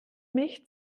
mich